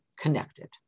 connected